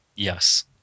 yes